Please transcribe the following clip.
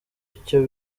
icyo